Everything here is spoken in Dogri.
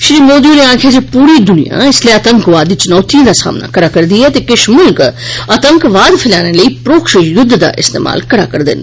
श्री मोदी होरें आक्खेआ जे पूरी दुनिया इसलै आतंकवाद दी चुनौतिएं दा सामना करा रदी ऐ ते किच्छ मुल्ख आतंकवाद फैलाने लेई प्रोक्ष युद्ध दा इस्तेमाल करा रदे न